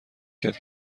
کرد